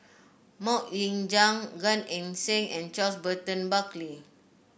MoK Ying Jang Gan Eng Seng and Charles Burton Buckley